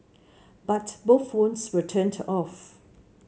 but both phones were turned off